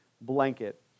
blanket